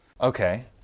okay